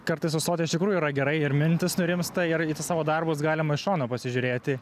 kartais atrodo iš tikrųjų yra gerai ir mintys nurimsta ir į tuos savo darbus galima iš šono pasižiūrėti